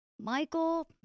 Michael